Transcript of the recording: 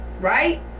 right